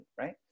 right